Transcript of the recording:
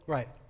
Right